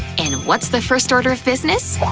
and what's the first order of business?